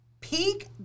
peak